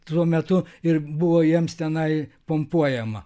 tuo metu ir buvo jiems tenai pumpuojama